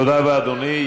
תודה רבה, אדוני.